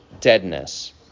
deadness